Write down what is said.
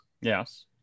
Yes